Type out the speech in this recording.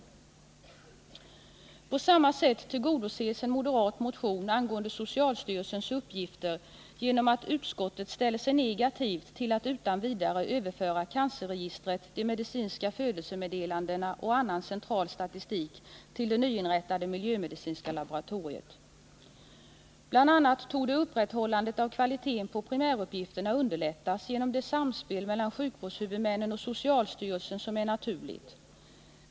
På samma sätt tillgodoses en moderat motion angående socialstyrelsens uppgifter genom att utskottet ställer sig negativt till att utan vidare överföra cancerregistret, de medicinska födelsemeddelandena och annan central statistik till det nyinrättade miljömedicinska laboratoriet. BI. a. torde upprätthållandet av kvaliteten på primäruppgifterna underlättas genom det samspel mellan sjukvårdshuvudmännen och socialstyrelsen som är naturligt.